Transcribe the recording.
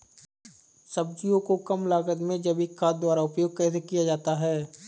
सब्जियों को कम लागत में जैविक खाद द्वारा उपयोग कैसे किया जाता है?